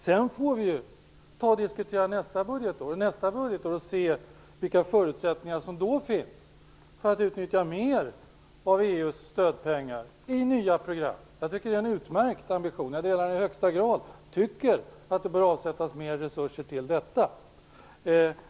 Sedan får vi ju diskutera kommande budgetår och se vilka förutsättningar som då finns för att utnyttja mer av EU:s stödpengar i nya program. Jag tycker att det är en utmärkt ambition. Jag delar den i högsta grad och tycker att det bör avsättas mer resurser till detta.